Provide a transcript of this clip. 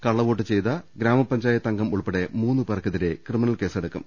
കളളവോട്ട് ചെയ്ത ഗ്രാമപഞ്ചായത്ത് അംഗം ഉൾപെടെ മൂന്ന് പേർക്കെതിരെ ക്രിമിനൽ കേസെടു ക്കും